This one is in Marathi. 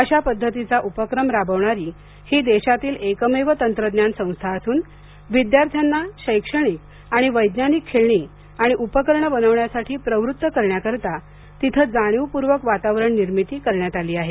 अशा पद्धतीचा उपक्रम राबविणारी ही देशातील एकमेव तंत्रज्ञान संस्था असून विद्यार्थ्यांना शैक्षणिक आणि वैज्ञानिक खेळणी आणि उपकरणं बनविण्यासाठी प्रवृत्त करण्याकरता तिथं जाणीवपूर्वक वातावरण निर्मिती करण्यात आली आहे